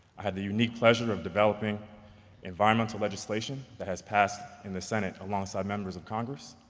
i had the unique pleasure of developing environmental legislation that has passed in the senate, alongside members of congress.